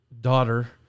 daughter